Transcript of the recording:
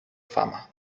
fama